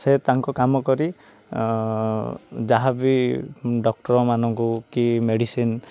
ସେ ତାଙ୍କ କାମ କରି ଯାହାବି ଡକ୍ଟର୍ମାନଙ୍କୁ କି ମେଡ଼ିସିନ୍